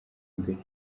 mbere